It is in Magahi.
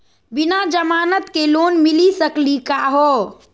बिना जमानत के लोन मिली सकली का हो?